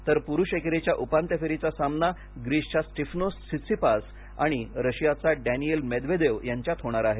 तर पुरूष एकेरीच्या उपांत्य फेरीचा सामना ग्रीसच्या स्टीफनोस सित्सिपास आणि रशियाचा डॅनिल मेदवेदेव यांच्यात होणार आहे